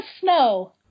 Snow